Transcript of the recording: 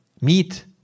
meet